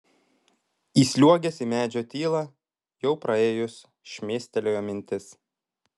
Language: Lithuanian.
įsliuogęs į medžio tylą jau praėjus šmėstelėjo mintis